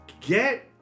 get